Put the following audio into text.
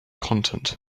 content